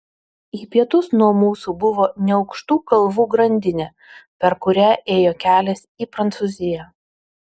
į pietus nuo mūsų buvo neaukštų kalvų grandinė per kurią ėjo kelias į prancūziją